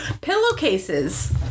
pillowcases